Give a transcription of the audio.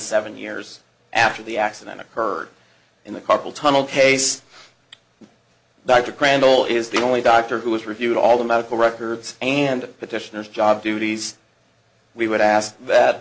seven years after the accident occurred in the carpal tunnel case dr crandall is the only doctor who has reviewed all the medical records and petitioners job duties we would ask that